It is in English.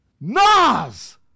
Nas